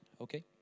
Okay